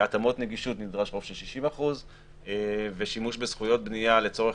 להתאמות נגישות נדרש רוב של 60%; ושימוש בזכויות בנייה לצורך